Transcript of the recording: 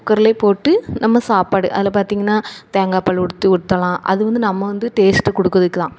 குக்கரில் போட்டு நம்ம சாப்பாடு அதில் பார்த்திங்கனா தேங்காய்ப்பால் உடுத்து ஊற்றலாம் அது வந்து நம்ம வந்து டேஸ்ட்டு கொடுக்குறதுக்குத்தான்